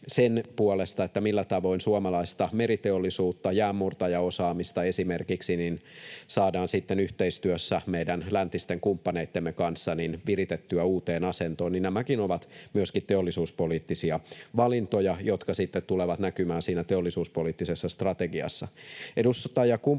sen puolesta, millä tavoin suomalaista meriteollisuutta, esimerkiksi jäänmurtajaosaajamista, saadaan yhteistyössä meidän läntisten kumppaneittemme kanssa viritettyä uuteen asentoon. Nämäkin ovat myös teollisuuspoliittisia valintoja, jotka sitten tulevat näkymään siinä teollisuuspoliittisessa strategiassa.